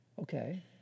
Okay